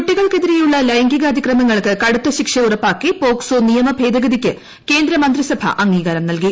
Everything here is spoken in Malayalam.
കുട്ടികൾക്കെതിരെയുള്ളൂ ലൈംഗിക അതിക്രമങ്ങ ൾക്ക് കടുത്ത ശിക്ഷർ ഉറപ്പാക്കി പോക്സോ നിയമ ഭേദഗതിക്ക് കേന്ദ്ര മിന്തിസ്ഭ അംഗീകാരം നൽകി